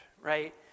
right